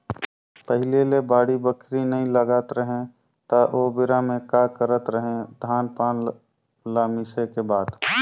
पहिले ले बाड़ी बखरी नइ लगात रहें त ओबेरा में का करत रहें, धान पान ल मिसे के बाद